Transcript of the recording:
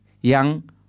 Yang